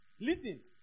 Listen